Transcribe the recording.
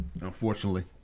Unfortunately